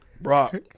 Brock